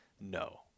no